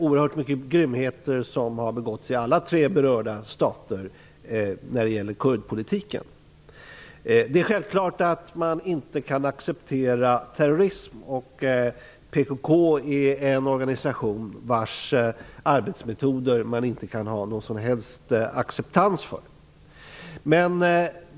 Oerhört mycket grymheter har begåtts i alla tre berörda stater när det gäller kurdpolitiken. Det är självklart att man inte kan acceptera terrorism, och PKK är en organisation vars arbetsmetoder man inte kan ha någon som helst acceptans för.